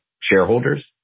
shareholders